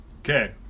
Okay